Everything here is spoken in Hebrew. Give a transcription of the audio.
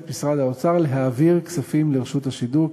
משרד האוצר להעביר כספים לרשות השידור,